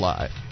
Live